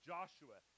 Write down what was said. Joshua